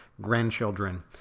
grandchildren